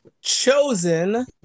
chosen